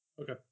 Okay